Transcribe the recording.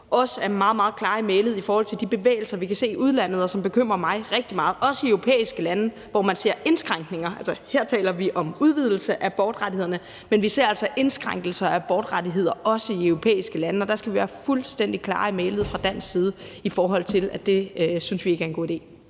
også er meget, meget klare i mælet i forhold til de bevægelser, som vi kan se i udlandet, og som bekymrer mig rigtig meget, også i europæiske lande, hvor man ser indskrænkninger. Altså, her taler vi om en udvidelse af borgerrettighederne, men vi ser altså indskrænkninger af abortrettigheder, også i europæiske lande. Og der skal vi være fuldstændig klare i mælet fra dansk side, i forhold til at det synes vi ikke er en god idé.